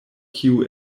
kiu